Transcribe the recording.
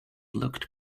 looked